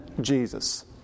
Jesus